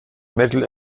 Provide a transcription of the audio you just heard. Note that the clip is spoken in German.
metal